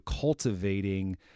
cultivating